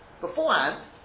Beforehand